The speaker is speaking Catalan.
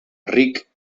ric